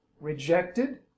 rejected